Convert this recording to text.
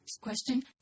Question